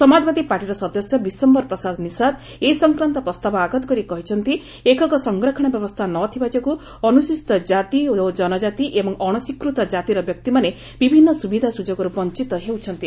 ସମାଜବାଦୀ ପାର୍ଟିର ସଦସ୍ୟ ବିଶ୍ୱମ୍ଘର ପ୍ରସାଦ ନିସାଦ୍ ଏ ସଂକ୍ରାନ୍ତ ପ୍ରସ୍ତାବ ଆଗତ କରି କହିଛନ୍ତି ଏକକ ସଂରକ୍ଷଣ ବ୍ୟବସ୍ଥା ନ ଥିବା ଯୋଗୁଁ ଅନୁସୂଚିତ କାତି ଓ ଜନକାତି ଏବଂ ଅଣସ୍ୱୀକୃତ କାତିର ବ୍ୟକ୍ତିମାନେ ବିଭିନ୍ନ ସୁବିଧା ସୁଯୋଗରୁ ବଞ୍ଚତ ହେଉଛନ୍ତି